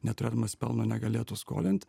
neturėdamas pelno negalėtų skolint